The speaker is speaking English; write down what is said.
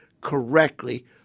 correctly